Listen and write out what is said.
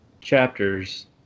chapters